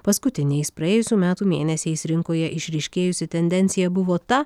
paskutiniais praėjusių metų mėnesiais rinkoje išryškėjusi tendencija buvo ta